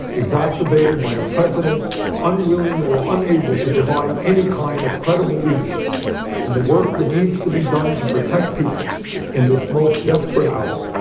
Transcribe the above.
exacerbated by a president unwilling or unable to provide any kind of credible leadership and the work that needs to be done to protect people in this most desperate hour,